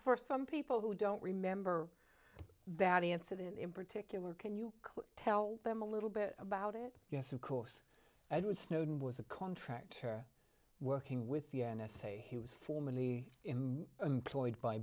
for some people who don't remember that incident in particular can you tell them a little bit about it yes of course edward snowden was a contractor working with the n s a he was formally employed by